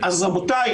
אז רבותי,